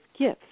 gifts